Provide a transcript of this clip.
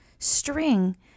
string